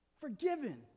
Forgiven